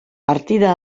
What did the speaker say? partida